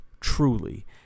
truly